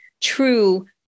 true